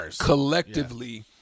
collectively